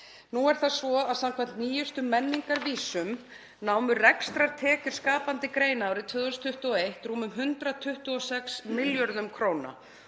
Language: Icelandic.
Nú er það svo að samkvæmt nýjustu menningarvísum námu rekstrartekjur skapandi greina árið 2021 rúmum 126 milljörðum kr.